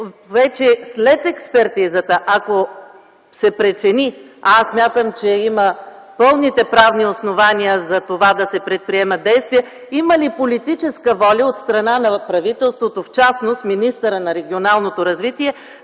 след експертизата, ако се прецени, а аз смятам, че има пълните правни основания да се предприемат действия, има ли политическа воля от страна на правителството, в частност от министъра на регионалното развитие